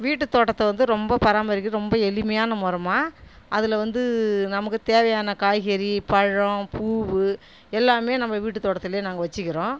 வீட்டுத் தோட்டத்தை வந்து ரொம்ப பராமரிக்கிறது ரொம்ப எளிமையான முறைம்மா அதில் வந்து நமக்குத் தேவையான காய்கறி பழம் பூ எல்லாமே நம்ம வீட்டுத் தோட்டத்தில் நாங்கள் வச்சிருக்கிறோம்